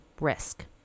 risk